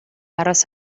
aros